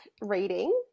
reading